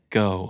go